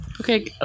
Okay